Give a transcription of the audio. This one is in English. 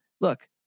Look